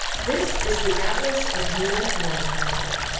this is the atlas-agena launch console.